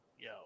Yo